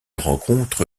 rencontre